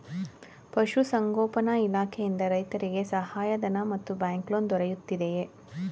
ಪಶು ಸಂಗೋಪನಾ ಇಲಾಖೆಯಿಂದ ರೈತರಿಗೆ ಸಹಾಯ ಧನ ಮತ್ತು ಬ್ಯಾಂಕ್ ಲೋನ್ ದೊರೆಯುತ್ತಿದೆಯೇ?